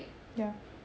ya